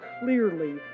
clearly